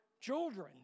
children